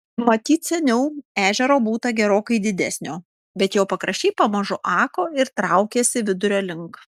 matyt seniau ežero būta gerokai didesnio bet jo pakraščiai pamažu ako ir traukėsi vidurio link